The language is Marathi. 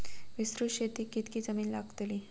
विस्तृत शेतीक कितकी जमीन लागतली?